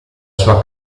sua